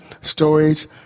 Stories